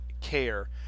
care